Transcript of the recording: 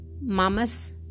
mamas